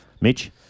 Mitch